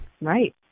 right